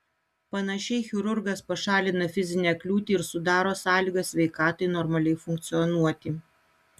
panašiai chirurgas pašalina fizinę kliūtį ir sudaro sąlygas sveikatai normaliai funkcionuoti